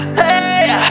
hey